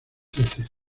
heces